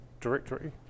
Directory